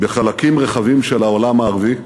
בחלקים רחבים של העולם הערבי,